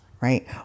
right